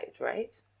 right